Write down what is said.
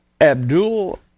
Abdul